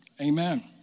Amen